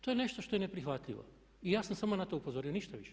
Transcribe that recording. To je nešto što je neprihvatljivo i ja sam samo na to upozorio, ništa više.